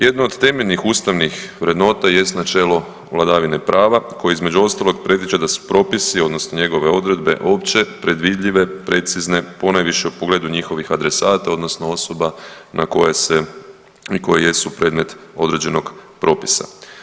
Jedna od temeljnih ustavnih vrednota jest načelo vladavine prava koji između ostalog predviđa da su propisi odnosno njegove odredbe opće, predvidljive, precizne ponajviše u pogledu njihovih adresata odnosno osoba na koje se i koje jesu predmet određenog propisa.